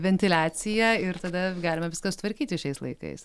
ventiliaciją ir tada galima viską sutvarkyti šiais laikais